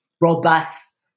robust